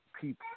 people